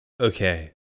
Okay